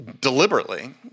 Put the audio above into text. deliberately